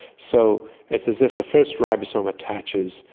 so it's as if the first ribosome attaches,